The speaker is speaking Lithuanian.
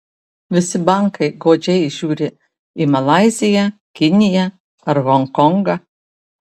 visi bankai godžiai žiūri į malaiziją kiniją ar honkongą